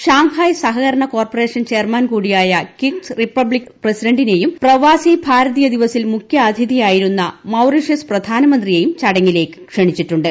Shanghai സഹകരണ corporation chairman കൂടിയായ Kyrgyz republic പ്രസിഡന്റിനേയും പ്രവാസി ഭാരതീയ ദിവസിൽ മുഖ്യാതിഥി ആയിരുന്ന മൌറീഷ്യസ് പ്രധാനമന്ത്രിയേയും ചടങ്ങിലേക്ക് ക്ഷണിച്ചിട്ടുണ്ട്